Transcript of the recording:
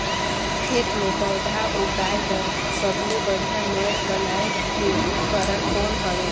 खेत मे पौधा उगाया बर सबले बढ़िया मेड़ बनाय के उपकरण कौन हवे?